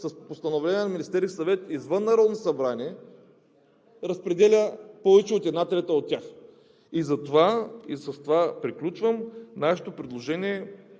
с постановление на Министерския съвет извън Народното събрание разпределя повече от една трета от тях? Затова, и с това приключвам, нашето предложение